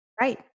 right